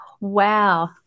wow